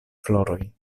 floroj